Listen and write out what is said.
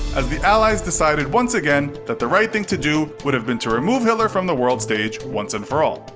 as the allies decided once again that the right thing to do would have been to remove hitler from the world stage once and for all.